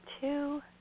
two